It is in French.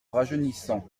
rajeunissant